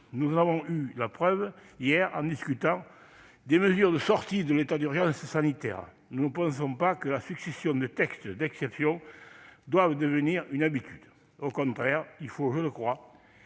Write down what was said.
Nous en avons encore eu la preuve hier lorsque nous avons discuté des mesures de sortie de l'état d'urgence sanitaire. Nous ne pensons pas que la succession de textes d'exception doive devenir une habitude. Au contraire, il faut, je le crois,